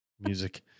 music